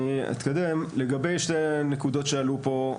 לגבי נקודות שעלו פה,